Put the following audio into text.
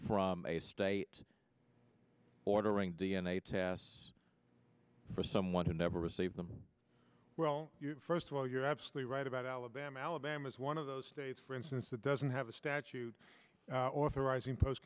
from a state ordering d n a tests for someone who never received them well first of all you're absolutely right about alabama alabama is one of those states for instance that doesn't have a statute authoriz